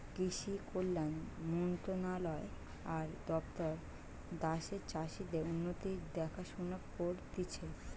কৃষি কল্যাণ মন্ত্রণালয় আর দপ্তর দ্যাশের চাষীদের উন্নতির দেখাশোনা করতিছে